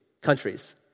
countries